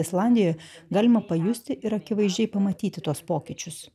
islandijoj galima pajusti ir akivaizdžiai pamatyti tuos pokyčius